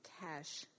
cash